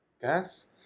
gas